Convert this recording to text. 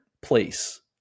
place